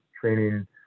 training